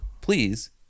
please